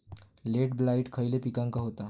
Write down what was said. Late blight खयले पिकांका होता?